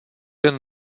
jen